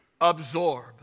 absorb